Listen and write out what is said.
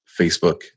facebook